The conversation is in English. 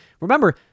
Remember